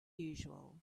usual